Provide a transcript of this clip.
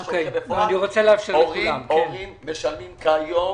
מה שקורה בפועל זה שהורים משלמים כיום